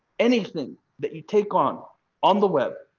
anything that you take on on the web,